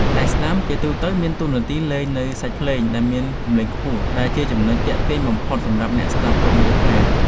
ដៃស្តាំជាទូទៅមានតួនាទីលេងនូវសាច់ភ្លេងដែលមានសម្លេងខ្ពស់ ដែលជាចំណុចទាក់ទាញបំផុតសម្រាប់អ្នកស្ដាប់គ្រប់មជ្ឈដ្ឋាន។